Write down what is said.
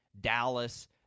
Dallas